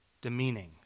demeaning